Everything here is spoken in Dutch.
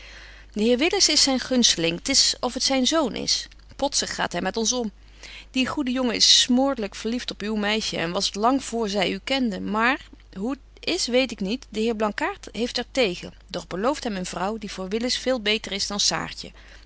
willis is zyn gunsteling t is of t zyn zoon is potsig gaat hy met ons om die goede jongen is smoorlyk verlieft op uw meisje en was t lang voor zy u kende maar hoe t is weet ik niet de heer blankaart heeft er tegen doch belooft hem een vrouw die voor willis veel beter is dan